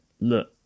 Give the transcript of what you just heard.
look